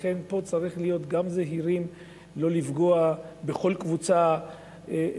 לכן פה צריך להיות גם זהירים: לא לפגוע בכל קבוצה חיובית,